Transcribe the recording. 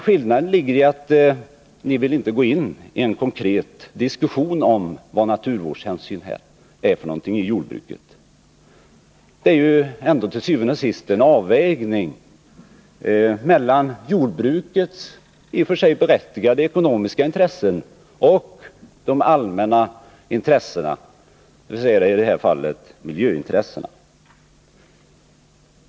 Skillnaden ligger i att ni inte vill gå in i en konkret diskussion om vad naturvårdshänsyn i jordbruket är för någonting. Det är ju til syvende og sidst en avvägning mellan jordbrukets i och för sig berättigade ekonomiska intressen och de allmänna intressena, i det här fallet miljöintressena.